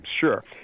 Sure